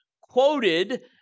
quoted